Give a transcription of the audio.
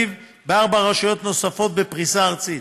בתל אביב ובארבע רשויות נוספות בפריסה ארצית.